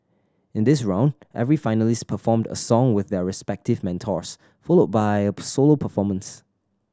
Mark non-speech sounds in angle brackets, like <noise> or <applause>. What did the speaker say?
in this round every finalist performed a song with their respective mentors followed by <unintelligible> solo performance